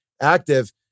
active